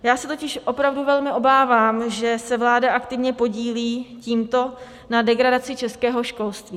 Já se totiž opravdu velmi obávám, že se vláda aktivně podílí tímto na degradaci českého školství.